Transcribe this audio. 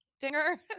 dinger